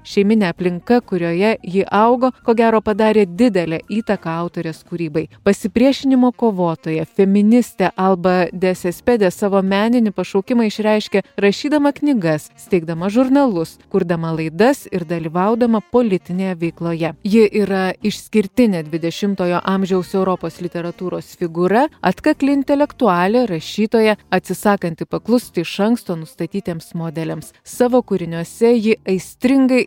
šeiminė aplinka kurioje ji augo ko gero padarė didelę įtaką autorės kūrybai pasipriešinimo kovotoja feministė alba de sispedė savo meninį pašaukimą išreiškia rašydama knygas steigdama žurnalus kurdama laidas ir dalyvaudama politinėje veikloje ji yra išskirtinė dvidešimtojo amžiaus europos literatūros figūra atkakli intelektualė rašytoja atsisakanti paklusti iš anksto nustatytiems modeliams savo kūriniuose ji aistringai